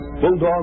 Bulldog